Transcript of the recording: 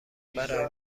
برای